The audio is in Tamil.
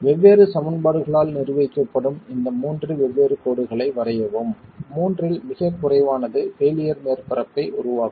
வெவ்வேறு சமன்பாடுகளால் நிர்வகிக்கப்படும் இந்த மூன்று வெவ்வேறு கோடுகளை வரையவும் மூன்றில் மிகக் குறைவானது பெயிலியர் மேற்பரப்பை உருவாக்கும்